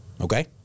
Okay